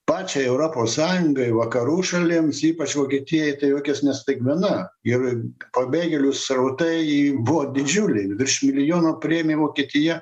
pačiai europos sąjungai vakarų šalims ypač vokietijai tai jokias ne staigmena ir pabėgėlių srautai buvo didžiuliai virš milijono priėmė vokietija